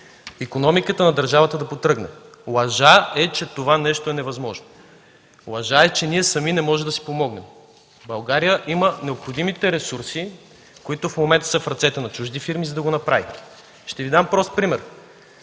икономиката на държавата да потръгне. Лъжа е, че това е невъзможно. Лъжа е, че ние не можем да си помогнем сами. България има необходимите ресурси, които в момента са в ръцете на чужди фирми, за да го направи. Ще Ви дам прост пример.